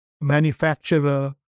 manufacturer